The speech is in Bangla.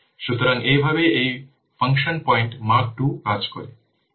সুতরাং এইভাবে এই ফাংশন পয়েন্ট Mark II কাজ করে